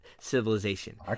civilization